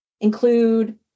include